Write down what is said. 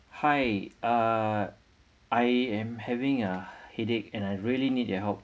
hi uh I am having a headache and I really need your help